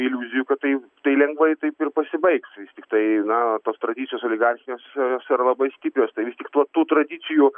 iliuzijų kad tai tai lengvai taip ir pasibaigs vis tiktai na tos tradicijos oligarchijos jos yra labai stiprios tai vis tik tuo tų tradicijų